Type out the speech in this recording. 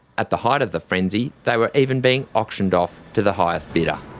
at the height of the frenzy they were even being auctioned off to the highest bidder.